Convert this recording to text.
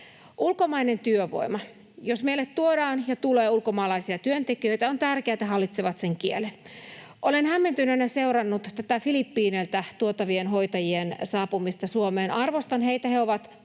Ulkomainen työvoima. Jos meille tuodaan ja tulee ulkomaalaisia työntekijöitä, on tärkeätä, että hallitsevat kielen. Olen hämmentyneenä seurannut tätä Filippiineiltä tuotavien hoitajien saapumista Suomeen. Arvostan heitä, he ovat